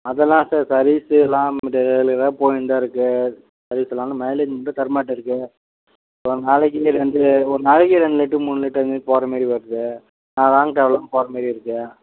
அதெல்லாம் sir service எல்லாம் daily தான் போய்ன்னுதான் இருக்குது சர்வீஸெல்லாம் இந்த மைலேஜ் மட்டும் தர மாட்டேங்குது ஒரு நாளைக்கி ரெண்டு ஒரு நாளைக்கி ரெண்டு லிட்டர் மூணு லிட்டருனு போடுற மாதிரி வருது நான் லாங் ட்ராவல் போகிற மாதிரி இருக்குது